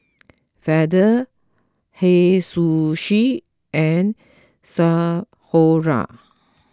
Feather Hei Sushi and Sephora